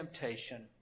temptation